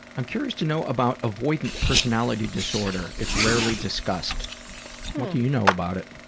i'm curious to know about avoidant personality disorder. it's rarely discussed. what do you know about it?